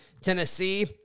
Tennessee